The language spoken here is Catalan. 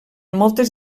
moltes